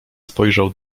spojrzał